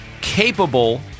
capable